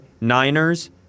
Niners